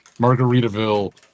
Margaritaville